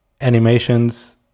animations